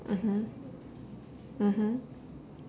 mmhmm mmhmm